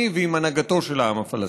הפלסטיני ועם הנהגתו של העם הפלסטיני.